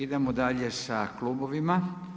Idemo dalje sa klubovima.